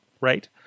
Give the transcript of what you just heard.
right